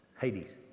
Hades